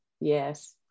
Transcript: yes